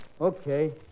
Okay